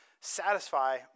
satisfy